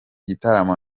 gitaramo